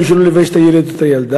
גם בשביל לא לבייש את הילד או את הילדה,